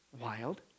wild